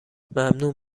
ممنون